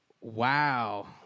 Wow